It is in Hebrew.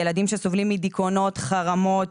ילדים שסובלים מדיכאונות, חרמות,